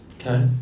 Okay